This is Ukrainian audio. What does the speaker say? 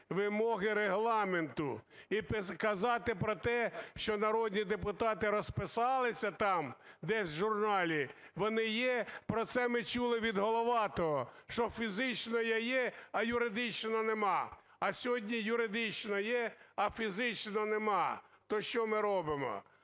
вимоги Регламенту і казати про те, що народні депутати розписалися там десь в журналі, вони є. Про це ми чули від Головатого, що фізично я є, а юридично нема. А сьогодні юридично є, а фізично нема. То що ми робимо?